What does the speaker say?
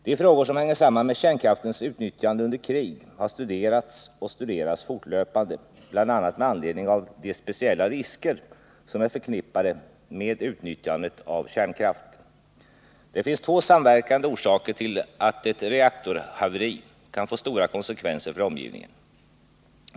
De frågor som hänger samman med kärnkraftens utnyttjande under krig har studerats och studeras fortlöpande, bl.a. med anledning av de speciella risker som är förknippade med utnyttjandet av kärnkraft. Det finns två samverkande orsaker till att ett reaktorhaveri kan få stora konsekvenser för omgivningen.